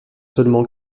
seulement